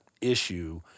issue